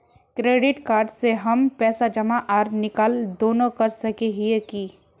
Credit card से हम पैसा जमा आर निकाल दोनों कर सके हिये की?